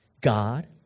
God